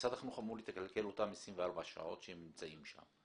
משרד החינוך אמור לכלכל אותם 24 שעות שהם נמצאים שם.